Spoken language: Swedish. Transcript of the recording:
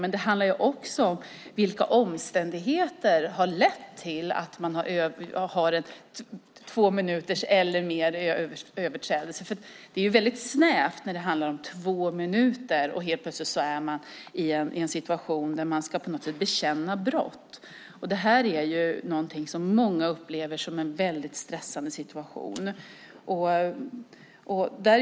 Men det handlar också om vilka omständigheter som har lett till att man har en överträdelse på två minuter eller mer. Det är väldigt snävt när det handlar om två minuter. Helt plötsligt är man i en situation där man på något sätt ska bekänna brott. Det här upplever många som en väldigt stressande situation.